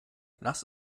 lass